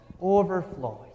overflowing